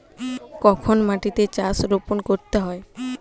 কখন মাটিতে চারা রোপণ করতে হয়?